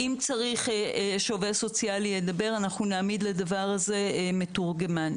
אם צריך שעובד סוציאלי ידבר אנחנו נעמיד לדבר הזה מתורגמן.